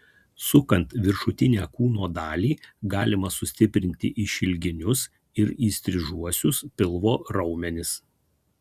sukant viršutinę kūno dalį galima sustiprinti išilginius ir įstrižuosius pilvo raumenis